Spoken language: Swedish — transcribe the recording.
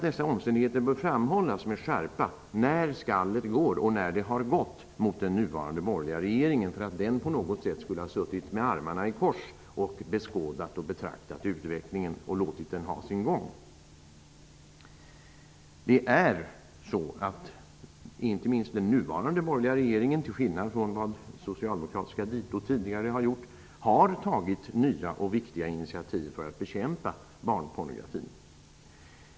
Dessa omständigheter bör framhållas med skärpa, när skallet går -- och när det har gått -- mot den nuvarande borgerliga regeringen för att den på något sätt skulle ha suttit med armarna i kors och betraktat utvecklingen och låtit den ha sin gång. Inte minst den nuvarande regeringen har -- till skillnad från den tidigare socialdemokratiska -- tagit nya och viktiga initiativ för att bekämpa barnpornografin.